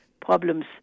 problems